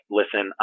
listen